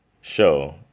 show